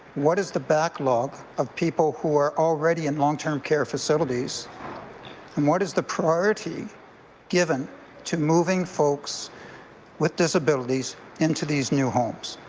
what is the backlog of people who are already in long-term care facilities and what is the priority given to moving folks with disabilities into these new homes?